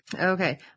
Okay